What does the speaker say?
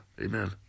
amen